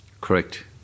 Correct